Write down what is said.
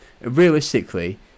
Realistically